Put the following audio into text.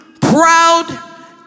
proud